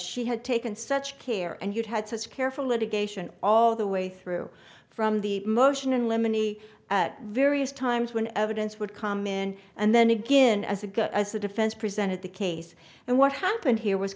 she had taken such care and you've had such careful litigation all the way through from the motion in limine e at various times when evidence would come in and then begin as a good as the defense presented the case and what happened here was